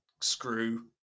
screw